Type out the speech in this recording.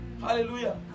hallelujah